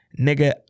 nigga